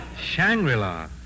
Shangri-La